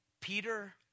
Peter